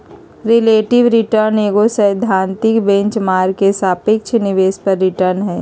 relative return एगो सैद्धांतिक benchmark के सापेक्ष निवेश पर रिटर्न हइ